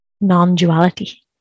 non-duality